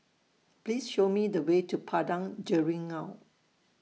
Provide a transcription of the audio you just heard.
Please Show Me The Way to Padang Jeringau